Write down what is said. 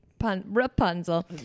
Rapunzel